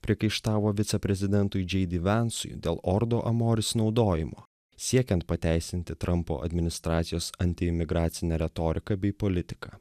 priekaištavo viceprezidentui džei di vensui dėl ordo amoris naudojimo siekiant pateisinti trampo administracijos antiimigracinę retoriką bei politiką